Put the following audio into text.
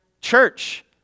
church